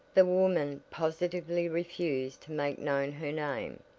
the woman positively refused to make known her name,